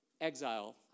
exile